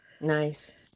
Nice